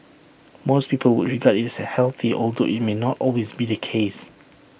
most people would regard IT as healthy although IT may not always be the case